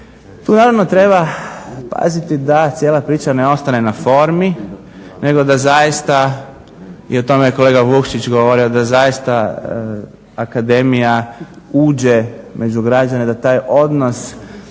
tu naravno treba paziti da cijela priča ne ostane na formi, nego da zaista i o tome je kolega Vukšić govorio da zaista akademija uđe među građane da taj odnos